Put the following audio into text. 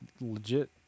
Legit